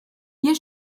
hier